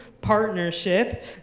partnership